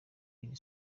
iri